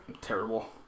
Terrible